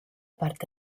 parte